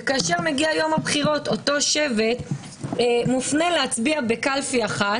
כאשר מגיע יום הבחירות אותו שבט מופנה להצביע בקלפי אחת